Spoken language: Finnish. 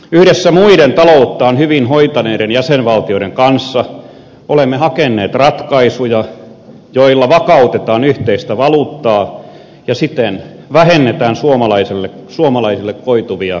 yhdessä muiden talouttaan hyvin hoitaneiden jäsenvaltioiden kanssa olemme hakeneet ratkaisuja joilla vakautetaan yhteistä valuuttaa ja siten vähennetään suomalaisille koituvia haittoja